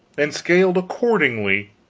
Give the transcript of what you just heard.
and scaled accordingly,